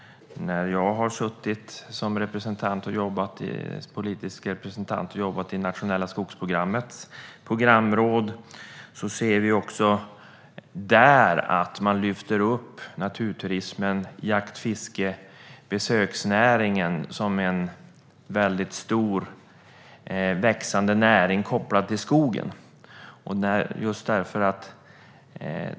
Jag har som politisk representant jobbat i det nationella skogsprogrammets programråd, och där lyfter man fram naturturismen, jakt, fiske och besöksnäringen som en mycket stor och växande näring kopplad till skogen.